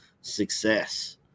success